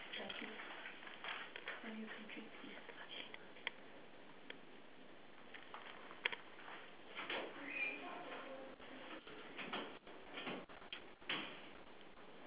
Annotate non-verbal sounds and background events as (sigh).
that's the what (laughs) okay she's walking angrily she's not carrying anything